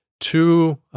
two